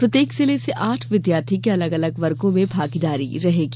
प्रत्येक जिले से आठ विद्यार्थियों की अलग अलग वर्गो में भागीदारी रहेगी